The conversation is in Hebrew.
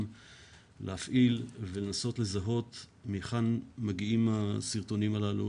להפעיל ולנסות לזהות מהיכן מגיעים הסרטונים הללו,